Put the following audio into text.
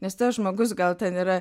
nes tas žmogus gal ten yra